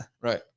Right